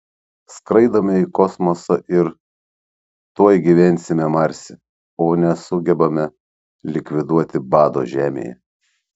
skraidome į kosmosą ir tuoj gyvensime marse o nesugebame likviduoti bado žemėje